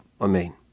amen